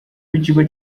w’ikigo